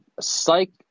psych